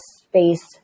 space